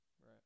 right